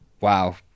wow